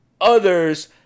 others